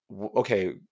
okay